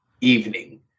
evening